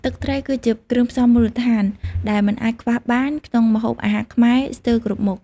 ទឹកត្រី គឺជាគ្រឿងផ្សំមូលដ្ឋានដែលមិនអាចខ្វះបានក្នុងម្ហូបអាហារខ្មែរស្ទើរគ្រប់មុខ។